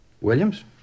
Williams